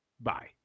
bye